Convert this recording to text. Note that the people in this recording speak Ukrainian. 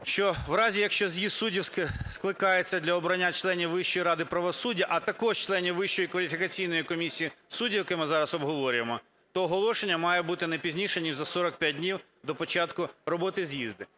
що в разі, якщо з'їзд суддів скликається для обрання членів Вищої ради правосуддя, а також членів Вищої кваліфікаційної комісії суддів, яке ми зараз обговорюємо, то оголошення має бути не пізніше ніж за 45 днів до початку роботи з'їзду.